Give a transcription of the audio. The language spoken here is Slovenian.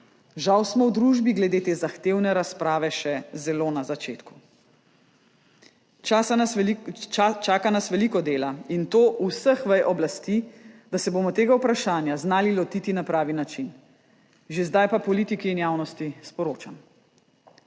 Žal smo v družbi glede te zahtevne razprave še zelo na začetku. Čaka nas veliko dela, in to vseh vej oblasti, da se bomo tega vprašanja znali lotiti na pravi način. Že zdaj pa politiki in javnosti sporočam: